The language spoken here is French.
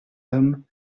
homme